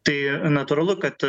tai natūralu kad